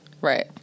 Right